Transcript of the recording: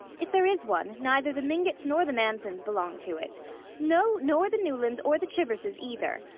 if there is one, neither the mingotts nor the mansons belong to it no, nor the newlands or the chiverses either.